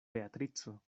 beatrico